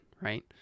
right